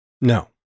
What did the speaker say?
No